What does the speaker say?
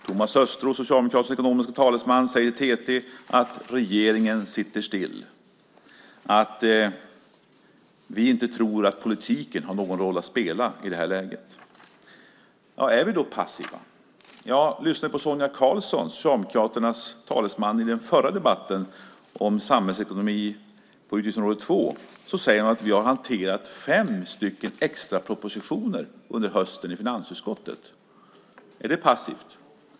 Thomas Östros, Socialdemokraternas ekonomiska talesman, säger i TT att regeringen sitter still, att vi inte tror att politiken har någon roll att spela i det här läget. Är vi passiva? Jag lyssnade på Sonia Karlsson, Socialdemokraternas talesman i den förra debatten om samhällsekonomi på utgiftsområde 2. Hon sade att vi har hanterat fem extra propositioner under hösten i finansutskottet. Är det passivt?